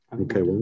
Okay